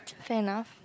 fair enough